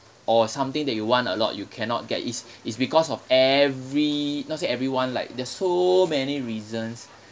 or something that you want a lot you cannot get it's it's because of every not say everyone like there's so many reasons